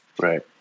right